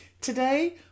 Today